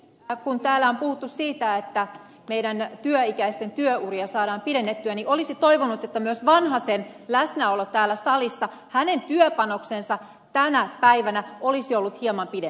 kun täällä on puhuttu siitä että meidän työikäisten työuria saadaan pidennettyä niin olisi toivonut että myös vanhasen läsnäolo täällä salissa hänen työpanoksensa tänä päivänä olisi ollut hieman pidempi